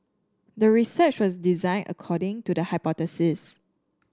the research was designed according to the hypothesis